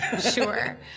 Sure